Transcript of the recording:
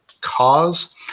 cause